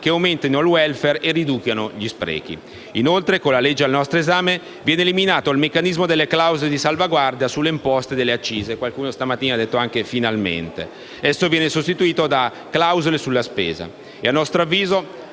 che aumentino il *welfare* e riducano gli sprechi. Inoltre, con il disegno di legge al nostro esame viene eliminato il meccanismo delle clausole di salvaguardia sulle imposte e sulle accise (qualcuno stamattina diceva finalmente!). Esso viene sostituito da clausole sulla spesa,